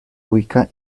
ubica